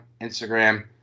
Instagram